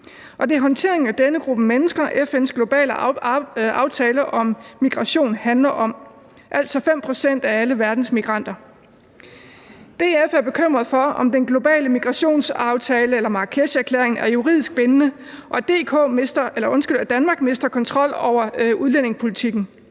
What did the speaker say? er håndteringen af denne gruppe mennesker, FN's globale aftale om migration handler om – altså 5 pct. af alle verdens migranter. DF er bekymret for, om den globale migrationsaftale – eller Marrakesherklæringen – er juridisk bindende, og at Danmark mister kontrol over udlændingepolitikken.